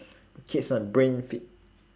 keeps my brain fit